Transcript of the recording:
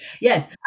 Yes